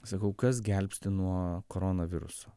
sakau kas gelbsti nuo koronaviruso